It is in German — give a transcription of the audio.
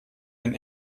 ein